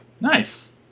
nice